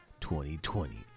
2020